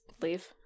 leave